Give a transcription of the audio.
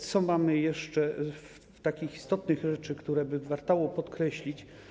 Co mamy jeszcze z takich istotnych rzeczy, które warto by podkreślić?